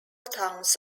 towns